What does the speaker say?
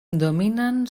dominen